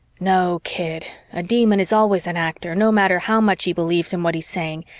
no, kid, a demon is always an actor, no matter how much he believes in what he's saying,